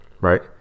right